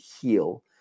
heal